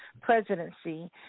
presidency